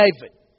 David